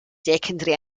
secondary